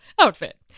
outfit